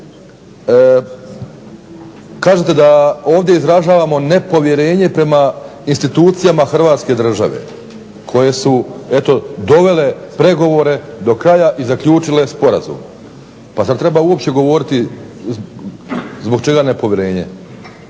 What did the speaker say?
kažete da ovdje izražavamo nepovjerenje prema institucijama Hrvatske države koje su eto dovele pregovore do kraja i zaključile sporazum. Pa zar treba uopće govoriti zbog čega nepovjerenje?